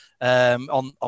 on